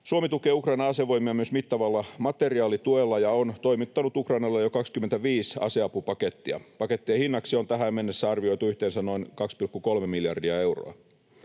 Suomi tukee Ukrainan asevoimia myös mittavalla materiaalituella ja on toimittanut Ukrainalle jo 25 aseapupakettia. Pakettien hinnaksi on tähän mennessä arvioitu yhteensä noin 2,3 miljardia euroa.